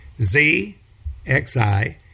Z-X-I